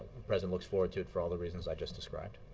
the president looks forward to it, for all the reasons i just described.